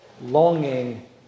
longing